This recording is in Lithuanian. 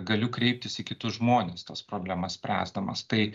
galiu kreiptis į kitus žmones tas problemas spręsdamas tai